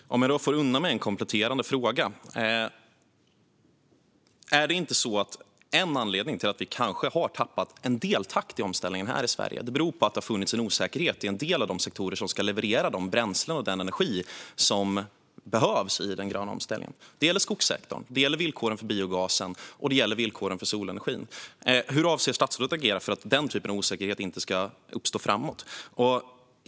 Herr talman! Om jag då får unna mig en kompletterande fråga: Är det inte så att en anledning till att vi kanske har tappat en del takt i omställningen här i Sverige är att det har funnits en osäkerhet i en del av de sektorer som ska leverera de bränslen och den energi som behövs i den gröna omställningen? Det gäller skogssektorn, och det gäller villkoren för biogasen och solenergin. Hur avser statsrådet att agera för att den typen av osäkerhet inte ska uppstå framåt?